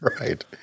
Right